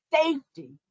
safety